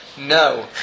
No